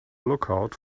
lookout